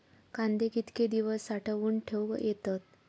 कांदे कितके दिवस साठऊन ठेवक येतत?